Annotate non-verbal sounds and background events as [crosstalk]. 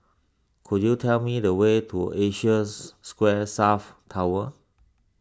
could you tell me the way to Asia [unintelligible] Square South Tower